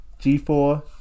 G4